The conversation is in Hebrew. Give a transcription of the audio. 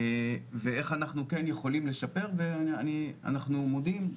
ואיך אנחנו כן יכולים לשפר ואנחנו מודים,